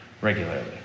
regularly